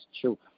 true